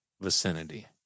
vicinity